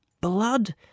Blood